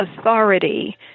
authority